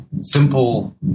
simple